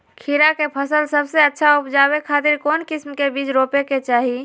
खीरा के फसल सबसे अच्छा उबजावे खातिर कौन किस्म के बीज रोपे के चाही?